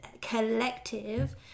collective